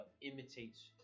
imitates